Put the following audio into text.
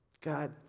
God